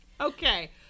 Okay